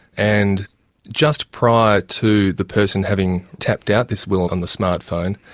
and just prior to the person having tapped out this will on the smart phone,